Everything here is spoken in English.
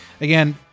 again